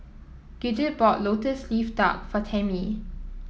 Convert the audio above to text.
Gidget bought lotus leaf duck for Tammi